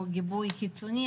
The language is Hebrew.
או גיבוי חיצוני,